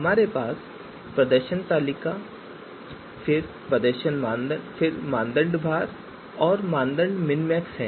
हमारे पास प्रदर्शन तालिका फिर मानदंड भार और मानदंड मिनमैक्स है